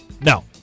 No